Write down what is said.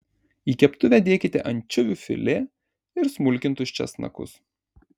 į keptuvę dėkite ančiuvių filė ir smulkintus česnakus